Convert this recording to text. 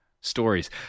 stories